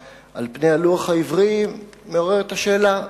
על פני הלוח העברי מעוררת את השאלה,